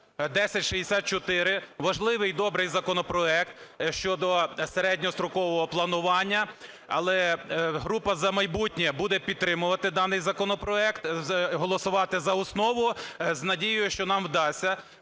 1064. Важливий і добрий законопроект щодо середньострокового планування. Але група "За майбутнє" буде підтримувати даний законопроект, голосувати за основу з надією, що нам вдасться